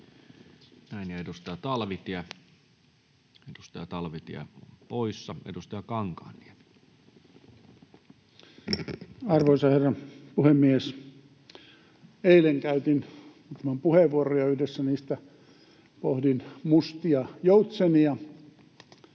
Talvitie, edustaja Talvitie poissa. Edustaja Kankaanniemi. Arvoisa herra puhemies! Eilen käytin muutaman puheenvuoron, ja yhdessä niistä pohdin mustia joutsenia,